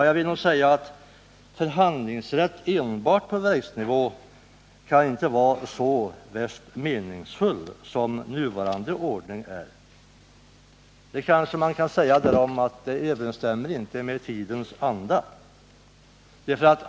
Jag vill nog hävda att en förhandlingsrätt enbart på verksnivå inte torde vara lika meningsfull som den ordning som f. n. gäller. Man kanske t.o.m. kan säga att det inte överensstämmer med tidens anda.